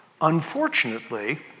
Unfortunately